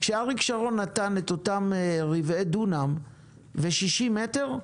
כשאריק שרון נתן את אותם רבעי דונם ו-60 מטר,